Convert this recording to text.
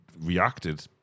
reacted